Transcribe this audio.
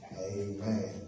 Amen